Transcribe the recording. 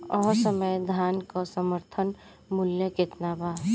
एह समय धान क समर्थन मूल्य केतना बा?